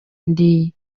ndi